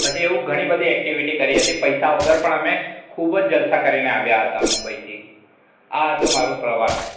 પછી એવું ઘણી બધી એક્ટિવિટી કરી હતી અને પૈસા વગર પણ અમે ખૂબ જ જલસા કરીને આવ્યાં હતાં મુંબઈથી આ હતું મારું પ્રવાસ